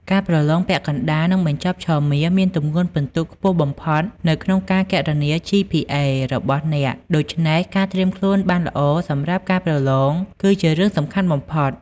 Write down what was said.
ការប្រឡងពាក់កណ្តាល និងបញ្ចប់ឆមាសមានទម្ងន់ពិន្ទុខ្ពស់បំផុតនៅក្នុងការគណនា ជីភីអេ របស់អ្នក។ ដូច្នេះ ការត្រៀមខ្លួនបានល្អសម្រាប់ការប្រឡងគឺជារឿងសំខាន់បំផុត។